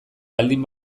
baldin